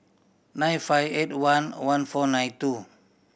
nine five eight one one four nine two